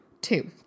two